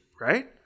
right